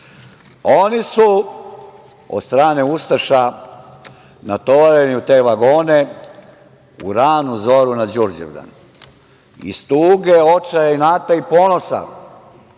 Oni su od strane ustaša natovareni u te vagone u ranu zoru na Đurđevdan. Iz tuge, očaja, inata i ponosa